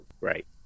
Right